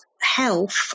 health